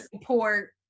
support